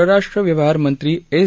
परराष्ट्र व्यवहार मंत्री एस